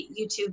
YouTube